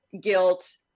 guilt